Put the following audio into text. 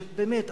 באמת,